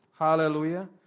Hallelujah